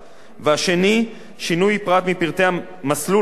שינוי פרט מפרטי מסלול קו השירות למונית,